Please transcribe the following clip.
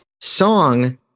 Song